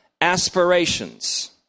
aspirations